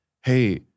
hey